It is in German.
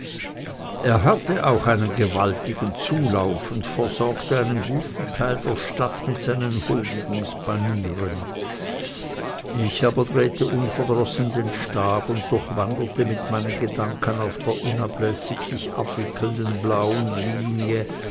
er hatte auch einen gewaltigen zulauf und versorgte einen guten teil der stadt mit seinen huldigungspanieren ich aber drehte unverdrossen den stab und durchwanderte mit meinen gedanken auf der unablässig sich abwickelnden blauen linie